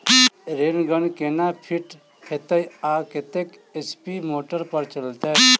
Rain gun केना fit हेतइ आ कतेक एच.पी मोटर पर चलतै?